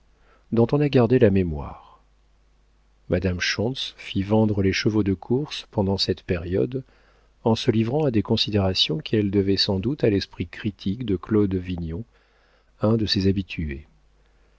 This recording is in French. dont on a gardé la mémoire madame schontz fit vendre les chevaux de course pendant cette période en se livrant à des considérations qu'elle devait sans doute à l'esprit critique de claude vignon un de ses habitués